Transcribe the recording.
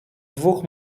dwóch